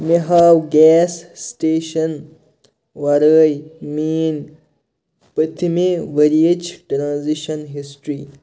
مےٚ ہاو gas station ورٲے میٛٲنۍ پٔتۍمہِ ؤریِچ ٹرٛنزیشَن ہِسٹرٛی